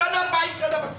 אותי.